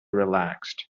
relaxed